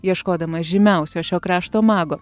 ieškodamas žymiausio šio krašto mago